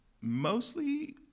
mostly